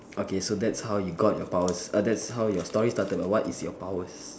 okay so that's how you got your powers err that's how your story started but what is your powers